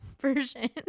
version